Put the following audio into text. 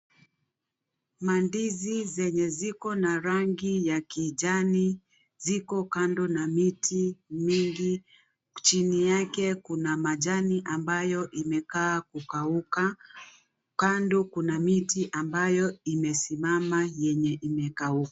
Mandizi zenye ziko na rangi ya kijani ziko kando na miti mingi, chini yake kuna majani ambayo imekaa kukauka, kando kuna miti ambayo imesimama yenye imekauka.